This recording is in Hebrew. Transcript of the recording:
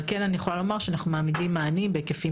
אבל אני כן יכולה לומר שאנחנו מעמידים מענים בהיקפים